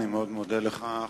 אני מאוד מודה לך,